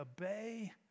obey